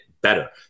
better